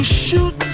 shoot